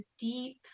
deep